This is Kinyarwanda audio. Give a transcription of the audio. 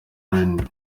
rnb